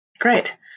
Great